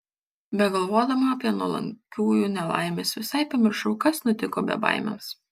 begalvodama apie nuolankiųjų nelaimes visai pamiršau kas nutiko bebaimiams